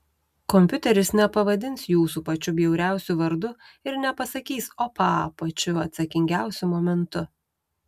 kompiuteris nepavadins jūsų pačiu bjauriausiu vardu ir nepasakys opa pačiu atsakingiausiu momentu